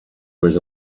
was